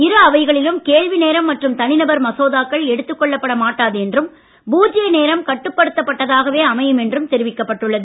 இரு அவைகளிலும் கேள்வி நேரம் மற்றும் தனிநபர் மசோதாக்கள் எடுத்துக் கொள்ளப்பட மாட்டாது என்றும் பூஜ்ய நேரம் கட்டுப்படுத்தப் பட்டதாகவே அமையும் என்றும் தெரிவிக்கப்பட்டுள்ளது